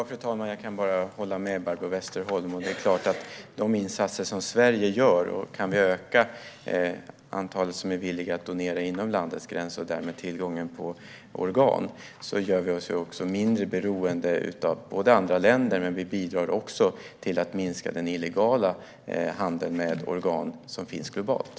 Fru talman! Jag kan bara hålla med Barbro Westerholm. Kan vi öka antalet som är villiga att donera inom landets gränser och därmed tillgången på organ gör vi oss mindre beroende av andra länder samtidigt som vi bidrar till att minska den illegala handel med organ som sker globalt.